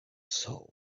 soul